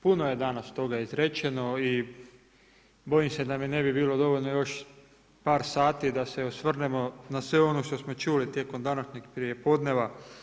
Puno je danas toga izrečeno i bojim se da mi ne bi bilo dovoljno još par sati da se osvrnemo na sve ono što smo čuli tijekom današnjeg prijepodneva.